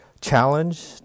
challenge